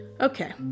Okay